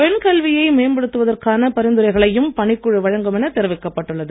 பெண் கல்வியை மேம்படுத்துவதற்கான பரிந்துரைகளையும் பணிக்குழு வழங்கும் என தெரிவிக்கப் பட்டுள்ளது